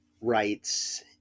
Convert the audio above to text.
rights